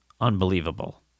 unbelievable